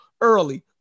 early